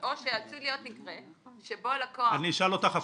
או שעשוי להיות מקרה שבו לקוח --- אני אשאל אותך הפוך.